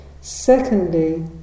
Secondly